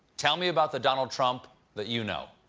tell me about the donald trump that you know.